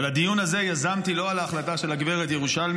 אבל את הדיון הזה יזמתי לא על ההחלטה של הגברת ירושלמי,